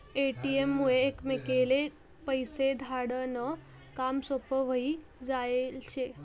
ATM मुये एकमेकले पैसा धाडा नं काम सोपं व्हयी जायेल शे